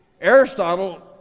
Aristotle